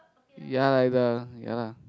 ya like the ya lah